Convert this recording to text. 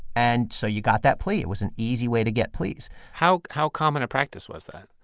and so you got that plea. it was an easy way to get pleas how how common a practice was that?